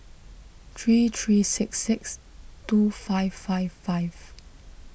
three three six six two five five five